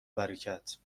برکت